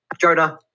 Jonah